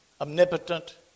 omnipotent